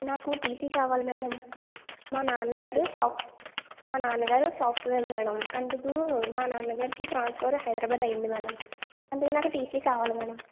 నాకు టీసీ కావాలి మేడం మా నాన్నగారు సాఫ్ట్ మా నాన్నగారు సాఫ్ట్వేర్ మేడం అందుకు మా నాన్నగారికి ట్రాన్స్ఫర్ హైదరాబాదు అయింది మేడం అందుకు నాకు టీసీ కావాలి మేడం